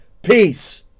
Peace